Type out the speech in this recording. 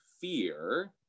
fear